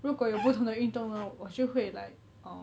如果有不同的运动呢我就会 like um